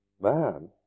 man